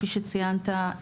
כפי שציינת,